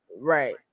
Right